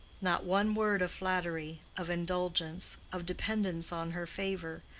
not one word of flattery, of indulgence, of dependence on her favor,